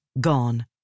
gone